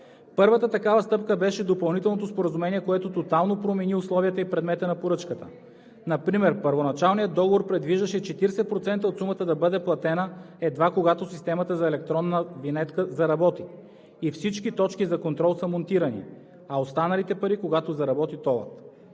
Първата такава стъпка беше допълнителното споразумение, което тотално промени условията и предмета на поръчката. Например първоначалният договор предвиждаше 40% от сумата да бъде платена едва когато системата за електронна винетка заработи, и всички точки за контрол са монтирани, а останалите пари – когато заработи толът.